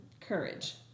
courage